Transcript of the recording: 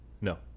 No